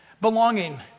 Belonging